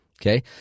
Okay